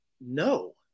No